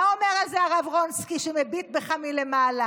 מה אומר על זה הרב רונצקי, שמביט בך מלמעלה?